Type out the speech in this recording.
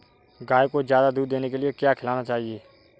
गाय को ज्यादा दूध देने के लिए क्या खिलाना चाहिए?